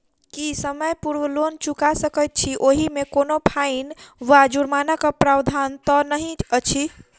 की समय पूर्व लोन चुका सकैत छी ओहिमे कोनो फाईन वा जुर्मानाक प्रावधान तऽ नहि अछि?